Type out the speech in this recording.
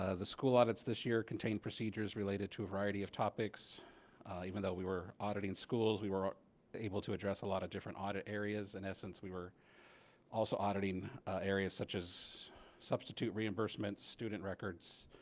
ah the school audits this year contain procedures related to a variety of topics even though we were auditing schools. we were able to address a lot of different audit areas. in essence we were also auditing areas such as substitute reimbursements student records